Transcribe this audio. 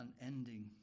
unending